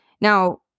Now